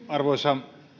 arvoisa